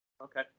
Okay